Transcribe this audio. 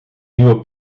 nieuwe